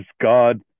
god